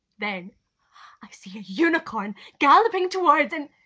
then i see a unicorn galloping towards and,